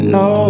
no